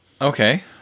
Okay